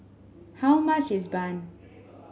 how much is bun